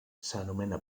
s’anomena